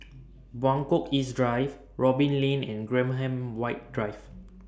Buangkok East Drive Robin Lane and Graham White Drive